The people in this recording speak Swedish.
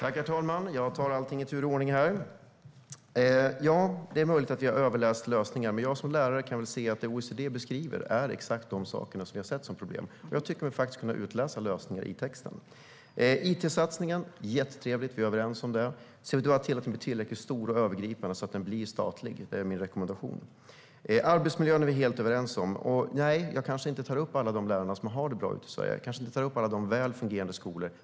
Herr talman! Jag tar allt i tur och ordning. Det är möjligt att vi har läst in för mycket i det som OECD skriver. Men jag som lärare kan se att det som OECD beskriver är exakt de saker som vi har sett som problem, och jag tycker mig faktiskt kunna utläsa lösningar i texten. Det är jättetrevligt med en it-satsning. Vi är överens om det. Men se till att den blir tillräckligt stor och övergripande och att den blir statlig. Det är min rekommendation. Vi är helt överens om arbetsmiljön. Jag tar kanske inte upp alla de lärare i Sverige som har det bra, och jag kanske inte tar upp alla väl fungerande skolor.